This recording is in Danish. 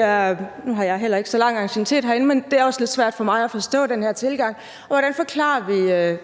– nu har jeg heller ikke så høj anciennitet herinde, men det er også lidt svært for mig at forstå den her tilgang. Hvordan forklarer vi